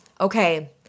okay